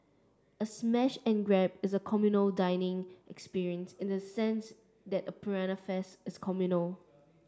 a smash and grab is a communal dining experience in the sense that a piranha feast is communal